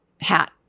hat